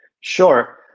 Sure